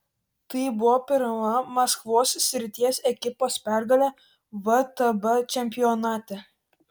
tai buvo pirma maskvos srities ekipos pergalė vtb čempionate